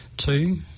two